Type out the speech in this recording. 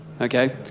Okay